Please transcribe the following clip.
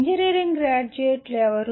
engineering గ్రాడ్యుయేట్లు ఎవరు